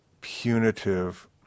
punitive